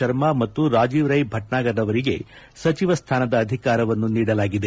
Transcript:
ಶರ್ಮಾ ಮತ್ತು ರಾಜೀವ್ ರೈ ಭಟ್ನಾಗರ್ ಅವರಿಗೆ ಸಚಿವ ಸ್ಥಾನದ ಅಧಿಕಾರವನ್ನು ನೀಡಲಾಗಿದೆ